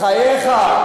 דודי, בחייך.